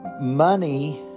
money